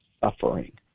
suffering